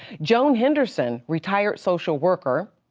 joan henderson, retired social worker,